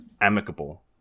amicable